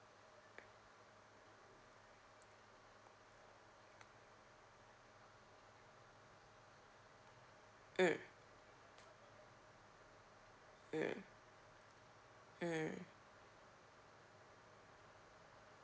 mm mm mm